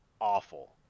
Awful